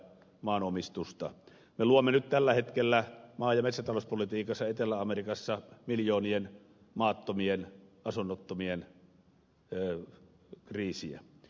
me luomme nyt tällä hetkellä maa ja metsätalouspolitiikassa etelä amerikassa miljoonien maattomien asunnottomien kriisiä